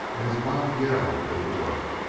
and his wild yell did the work.